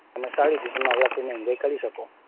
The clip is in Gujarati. તમે સારી રીતે નવરાત્રિને એન્જોય કરી શકો